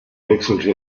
wechselte